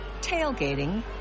tailgating